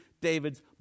David's